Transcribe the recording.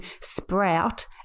sprout